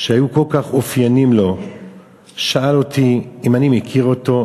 שהיו כל כך אופייניים לו שאל אותי אם אני מכיר אותו,